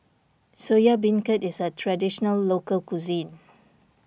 Soya Beancurd is a Traditional Local Cuisine